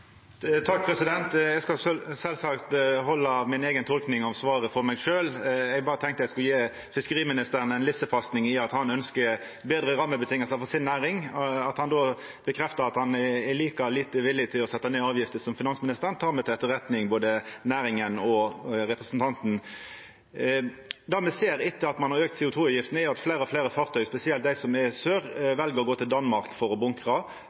skal sjølvsagt holda mi eiga tolking av svaret for meg sjølv. Eg berre tenkte eg skulle gje fiskeriministeren ei lissepasning i at han ønskjer betre rammevilkår for si næring. At han då bekrefta at han er like lite villig til å setja ned avgiftene som finansministeren, tek me til etterretning, både næringa og representanten. Det me ser etter at ein har auka CO 2 -avgifta, er at fleire og fleire fartøy, spesielt dei som er i sør, vel å gå til Danmark for å